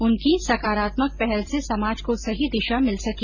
उनकी सकारात्मक पहल से समाज को सही दिशा मिल सकी